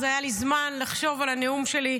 אז היה לי זמן לחשוב על הנאום שלי.